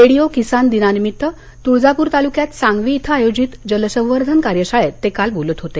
radio किसान दिनानिमित्त तुळजापूर तालुक्यात सांगवी इथं आयोजित जलसंवर्धन कार्यशाळेत ते काल बोलत होते